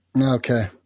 Okay